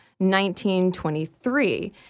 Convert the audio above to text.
1923